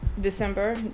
December